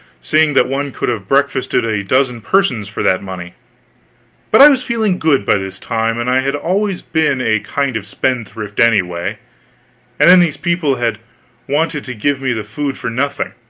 seeing that one could have breakfasted a dozen persons for that money but i was feeling good by this time, and i had always been a kind of spendthrift anyway and then these people had wanted to give me the food for nothing,